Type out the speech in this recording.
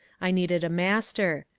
i needed a master.